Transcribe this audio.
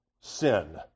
sin